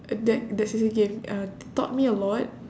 that the C_C_A gave uh taught me a lot